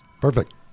Perfect